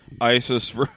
ISIS